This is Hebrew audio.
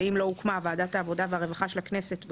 ואם לא הוקמה ועדת העבודה הרווחה והבריאות של הכנסת,